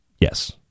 Yes